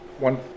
one